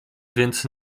więc